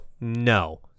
no